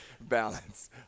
balance